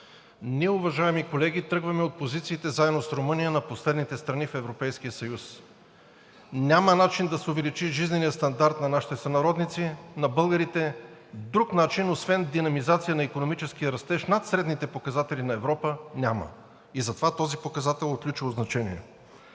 ние, уважаеми колеги, тръгваме от позициите, заедно с Румъния, на последните страни в Европейския съюз. Няма начин да се увеличи жизненият стандарт на нашите сънародници, на българите, друг начин, освен динамизация на икономическия растеж над средните показатели на Европа, няма. И затова този показател е от ключово значение.